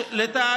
תתקדם.